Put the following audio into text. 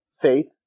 faith